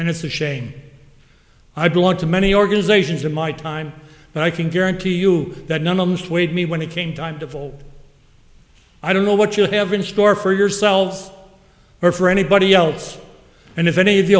and it's a shame i belong to many organisations in my time and i can guarantee you that none of them swayed me when it came time to fall i don't know what you have in store for yourselves or for anybody else and if any of